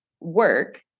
work